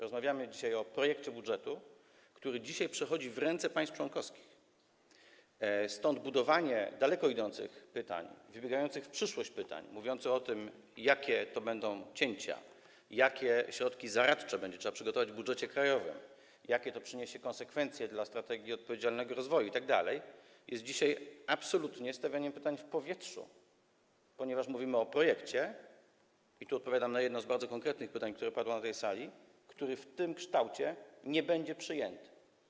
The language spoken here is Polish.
Rozmawiamy o projekcie budżetu, który dzisiaj przechodzi w ręce państw członkowskich, stąd budowanie daleko idących pytań, wybiegających w przyszłość pytań, mówiących o tym, jakie to będą cięcia, jakie środki zaradcze trzeba będzie przygotować w budżecie krajowym, jakie to przyniesie konsekwencje dla strategii odpowiedzialnego rozwoju, itd., jest dzisiaj absolutnie stawianiem pytań w powietrzu, ponieważ mówimy o projekcie - i tu odpowiadam na jedno z bardzo konkretnych pytań, które padło na tej sali - który w tym kształcie nie będzie przyjęty.